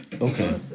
Okay